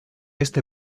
este